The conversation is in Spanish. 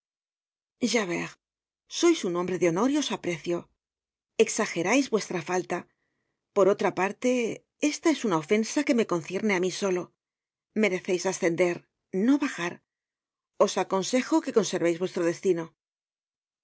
javert sois un hombre de honor y os aprecio exagerais vuestra falta por otra parte esta es una ofensa que me concierne á mí solo mereceis ascender no bajar os aconsejo que conserveis vuestro destino